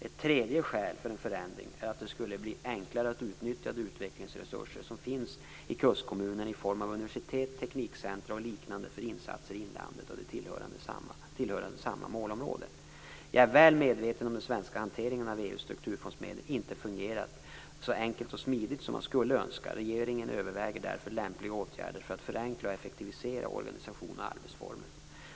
Ett tredje skäl för en förändring är att det skulle bli enklare att utnyttja de utvecklingsresurser som finns i kustkommunerna i form av universitet, teknikcentra och liknande för insatser i inlandet om de tillhörde samma målområde. Jag är väl medveten om att den svenska hanteringen av EU:s strukturfondsmedel inte fungerar så enkelt och smidigt som man skulle önska. Regeringen överväger därför lämpliga åtgärder för att förenkla och effektivisera organisation och arbetsformer.